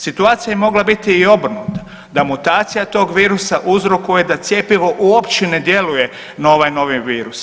Situacija je mogla biti i obrnuta, da mutacija tog virusa uzrokuje da cjepivo uopće ne djeluje na ovaj novi virus.